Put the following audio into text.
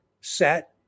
set